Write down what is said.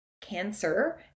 cancer